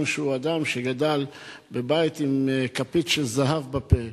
שהוא אדם שגדל בבית עם כפית של זהב בפה.